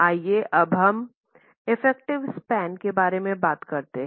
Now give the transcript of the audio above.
आइये अब हम इफेक्टिव स्पैन के बारे में बात करते है